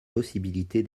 possibilité